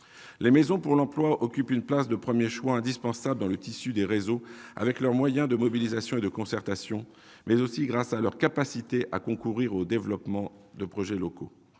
de la formation occupent une place de premier choix, indispensable dans le tissage de réseaux, grâce à leurs moyens de mobilisation et de concertation, mais aussi à leur capacité à concourir au développement de projets locaux.